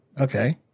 Okay